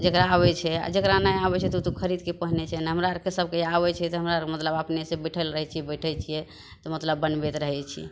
जकरा अबय छै आओर जकरा नहि आबय छै तऽ उ तऽ खरीदके पहिनय छै ने हमरा आरके सबके आबय छै तऽ हमरा आरके मतलब अपनेसँ बैठल रहय छियै बैठय छियै मतलब बनबैत रहय छी